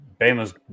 Bama's